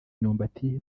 imyumbati